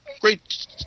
great